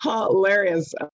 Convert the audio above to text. hilarious